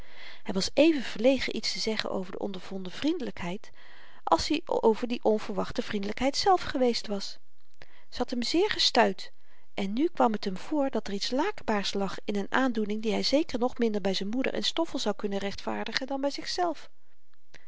hy was even verlegen iets te zeggen over de ondervonden vriendelykheid als i over die onverwachte vriendelykheid zelf geweest was ze had hem zeer gestuit en nu kwam t hem voor dat er iets laakbaars lag in n aandoening die hy zeker nog minder by z'n moeder en stoffel zou kunnen rechtvaardigen dan by zichzelf